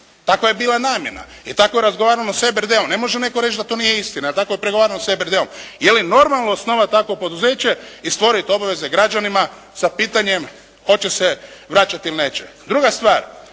Takva je bila namjena. I tako razgovaramo s RBD-om. Ne može netko reći da to nije istina. Tako je pregovarano s RBD-om. Je li normalno osnovati takvo poduzeće i stvoriti obaveze građanima sa pitanjem hoće se vraćati ili neće?